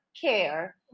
care